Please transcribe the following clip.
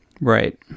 Right